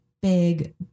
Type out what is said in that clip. big